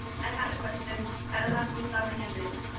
i had a question i don't know if you saw my hand raise.